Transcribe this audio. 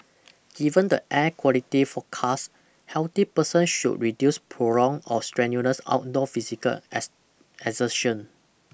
given the air quality forecast healthy person should reduce prolonged or strenuous outdoor physical exertion